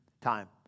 time